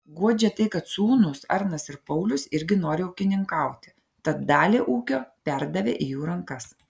guodžia tai kad sūnūs arnas ir paulius irgi nori ūkininkauti tad dalį ūkio perdavė į jų rankas